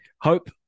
Hope